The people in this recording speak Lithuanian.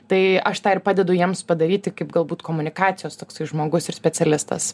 tai aš tą ir padedu jiems padaryti kaip galbūt komunikacijos toksai žmogus ir specialistas